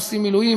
עושים מילואים,